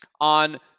on